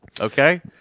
okay